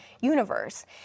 universe